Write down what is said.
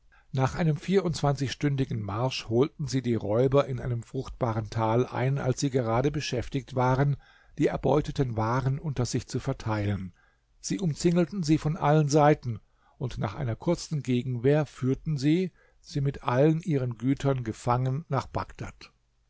nach einem vierundzwanzigstündigen marsch holten sie die räuber in einem fruchtbaren tal ein als sie gerade beschäftigt waren die erbeuteten waren unter sich zu verteilen sie umzingelten sie von allen seiten und nach einer kurzen gegenwehr führten sie sie mit allen ihren gütern gefangen nach bagdad